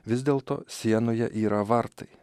vis dėlto sienoje yra vartai